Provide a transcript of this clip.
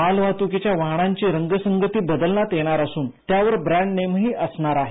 मालवाहतुकीच्या वाहनांची रंगसंगती बदलण्यात येणार असुन त्यावर ब्रँडनेमही असणार आहे